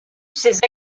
ses